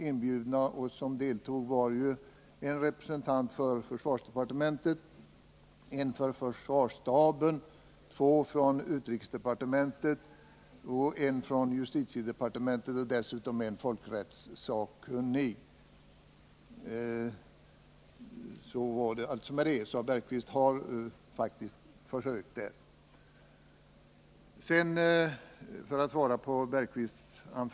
Inbjudna var en representant för försvarsdepartementet, en för försvarsstaben, två för utrikesdepartementet och en för justitiedepartementet. Dessutom deltog en folkrättssakunnig. Men Jan Bergqvist gjorde alltså ett försök att få med en person.